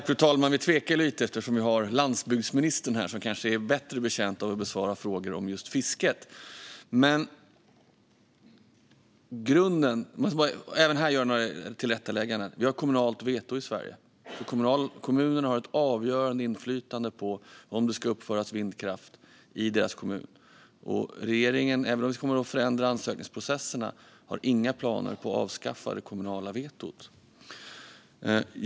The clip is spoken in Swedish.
Fru talman! Vi tvekade lite eftersom vi har landsbygdsministern här; han kanske är bättre lämpad att besvara frågor om just fisket. Jag måste även här göra några tillrättalägganden. Vi har ett kommunalt veto i Sverige, så kommunerna har ett avgörande inflytande över om det ska uppföras vindkraft i deras kommun. Även om ansökningsprocesserna kommer att förändras har regeringen inga planer på att avskaffa det kommunala vetot.